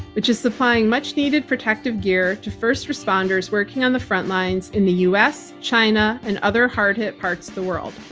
which is supplying much needed protective gear to first responders working on the front lines in the u. s, china, and other hard hit parts of the world.